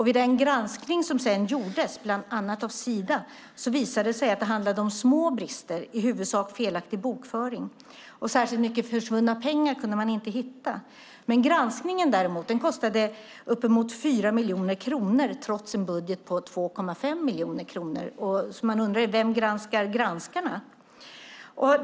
Vid den granskning som sedan gjordes, bland annat av Sida, visade det sig att det handlade om små brister, i huvudsak felaktig bokföring. Särskilt mycket försvunna pengar kunde man inte hitta. Granskningen kostade däremot uppemot 4 miljoner kronor, trots en budget på 2,5 miljoner kronor. Man undrar vem som granskar granskarna.